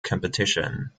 competition